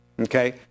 Okay